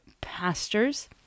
pastors